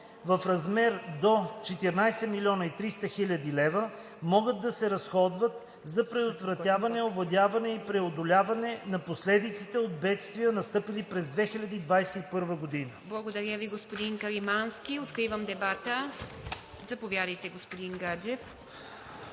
в размер до 14 300,0 хил. лв. могат да се разходват за предотвратяване, овладяване и преодоляване на последиците от бедствия, настъпили през 2021 г.“ ПРЕДСЕДАТЕЛ ИВА МИТЕВА: Благодаря Ви, господин Каримански. Откривам дебата. Заповядайте, господин Гаджев.